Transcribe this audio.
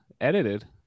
edited